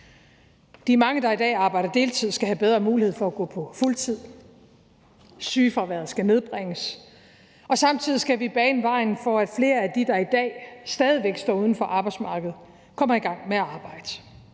De mange, der i dag arbejder deltid, skal have bedre mulighed for at gå på fuldtid, sygefraværet skal nedbringes, og samtidig skal vi bane vejen for, at flere af dem, der i dag stadig væk står uden for arbejdsmarkedet, kommer i gang med at arbejde.